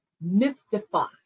mystify